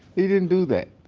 he didn't do that.